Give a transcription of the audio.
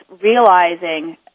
realizing